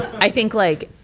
i think like,